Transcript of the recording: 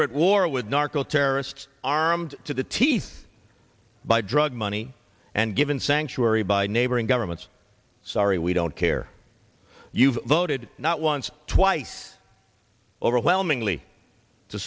're at war with narco terrorists armed to the teeth by drug money and given sanctuary by neighboring governments sorry we don't care you've voted not once twice overwhelmingly to